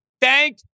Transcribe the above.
Thank